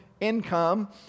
income